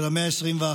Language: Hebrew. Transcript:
של המאה ה-21.